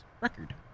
record